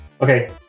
Okay